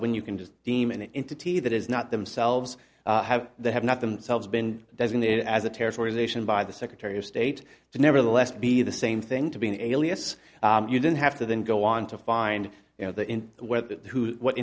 when you can just demon into t that is not themselves have they have not themselves been designated as a terrorist organization by the secretary of state to nevertheless be the same thing to be an alias you didn't have to then go on to find you know the